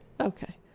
Okay